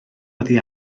oddi